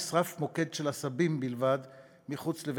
נשרף מוקד של עשבים בלבד מחוץ לבית-הכנסת.